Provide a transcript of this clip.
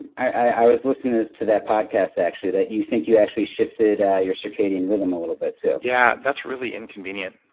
and i i was listening to that podcast actually, that you think you actually shifted ah your circadian rhythm a little bit, too yeah, that's really inconvenient.